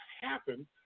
happen